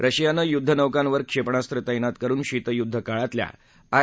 रशियानं युद्धनौकांवर क्षेपणास्त्र तैनात करून शितयुद्ध काळातल्या आय